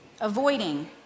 avoiding